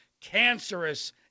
cancerous